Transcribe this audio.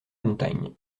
montagne